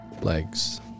legs